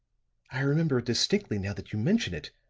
i remember it distinctly now that you mention it.